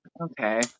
Okay